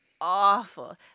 Awful